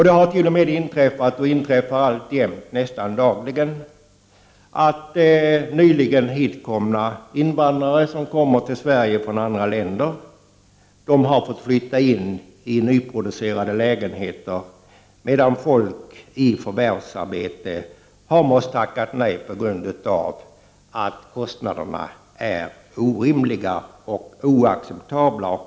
Det har t.o.m. inträffat, och inträffar alltjämt nästan dagligen, att nyligen hitkomna invandrare har fått flytta in i nyproducerade lägenheter, medan folk i förvärvsarbete måste tacka nej på grund av att kostnaderna är orimliga och oacceptabla.